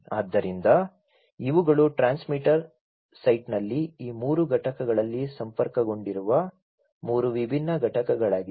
ಆದ್ದರಿಂದ ಇವುಗಳು ಟ್ರಾನ್ಸ್ಮಿಟರ್ ಸೈಟ್ನಲ್ಲಿ ಈ ಮೂರು ಘಟಕಗಳಲ್ಲಿ ಸಂಪರ್ಕಗೊಂಡಿರುವ ಮೂರು ವಿಭಿನ್ನ ಘಟಕಗಳಾಗಿವೆ